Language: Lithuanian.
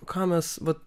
ką mes vat